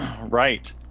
Right